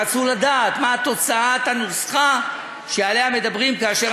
רצו לדעת מה תוצאת הנוסחה שעליה מדברים כאשר